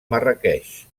marràqueix